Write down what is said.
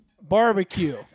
barbecue